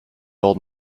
old